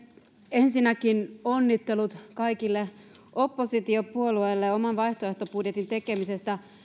ensinnäkin onnittelut kaikille oppositiopuolueille oman vaihtoehtobudjetin tekemisestä